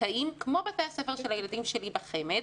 זכאים כמו בתי-הספר של הילדים שלי בחמ"ד,